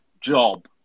job